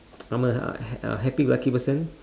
I'm a uh a happy go lucky person